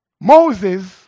Moses